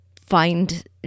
find